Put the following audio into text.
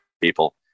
people